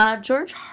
George